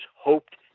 hoped